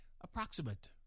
approximate